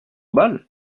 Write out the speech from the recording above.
bal